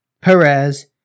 Perez